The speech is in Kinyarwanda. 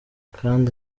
kandi